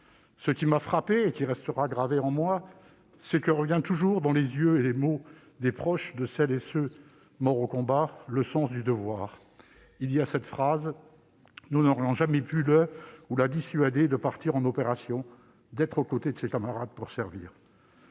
Ce qui m'a frappé et qui restera gravé en moi, c'est que revient toujours dans les yeux et les mots des proches de celles et ceux qui sont morts au combat le sens du devoir. On entend chaque fois cette phrase :« Nous n'aurions jamais pu le ou la dissuader de partir en opération, d'être aux côtés de ses camarades pour servir.